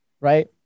right